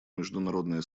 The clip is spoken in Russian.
международное